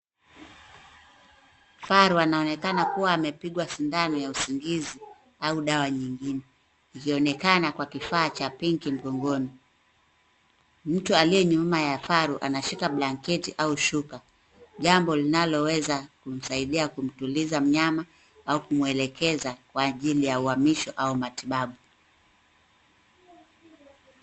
Faru anaonekana kuwa amepigwa sindano ya usingizi au dawa nyingine ikionekana kwa kifaa cha pinki mgongoni. Mtu aliye nyuma ya faru anashika blanketi au shuka jambo linaloweza kumsaidia kumtuliza mnyama au kumwelekeza kwa ajili ya uhamisho au matibabu.